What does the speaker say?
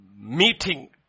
meeting